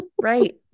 Right